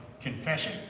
confession